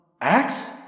Axe